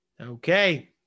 Okay